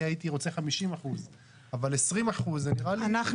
אני הייתי רוצה 50% אבל 20% נראה לי --- אנחנו